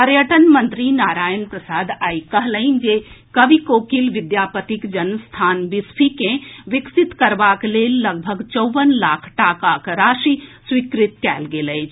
पर्यटन मंत्री नारायण प्रसाद आई कहलनि जे कवि कोकिल विद्यापतिक जन्मस्थान बिस्फी के विकसित करबाक लेल लगभग चौवन लाख टाकाक राशि स्वीकृत कएल गेल अछि